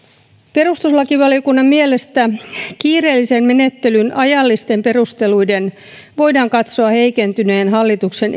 perustuslakivaliokunnan mielestä kiireellisen menettelyn ajallisten perusteluiden voidaan katsoa heikentyneen hallituksen